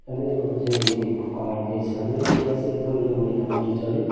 र मेरोबाट चाहिँ नेगेटिभ कमेन्ट चाहिँ छ मेरो ग्यास एकदम यो महिना कम्ती चल्यो